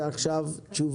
תודה